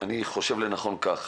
אני חושב לנכון כך: